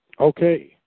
Okay